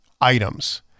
items